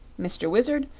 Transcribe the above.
mr. wizard,